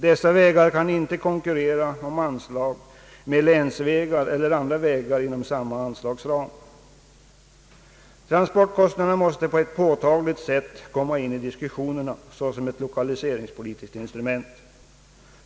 Dessa vägar kan icke konkurrera om anslag med länsvägar eller andra vägar inom samma anslagsram. Transportkostnaderna måste på ett påtagligt sätt komma in i diskussionerna såsom ett lokaliseringspolitiskt instrument.